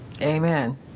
Amen